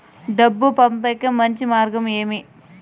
డబ్బు పంపేకి మంచి మార్గం ఏమి